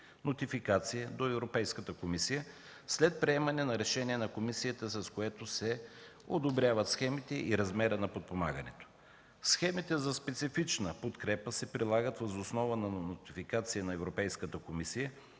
модификация до Европейската комисия след приемане на решение на комисията, с която се одобряват схемите и размерът на подпомагането. Схемите за специфична подкрепа се прилагат въз основа на нотификация на Европейската комисия,